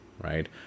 right